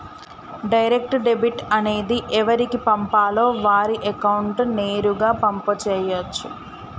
direct debit అనేది ఎవరికి పంపాలో వారి అకౌంట్ నేరుగా పంపు చేయచ్చు